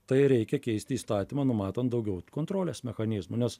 tai reikia keisti įstatymą numatant daugiau kontrolės mechanizmų nes